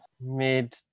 mid